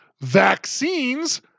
Vaccines